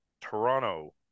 Toronto